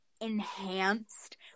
enhanced